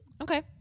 Okay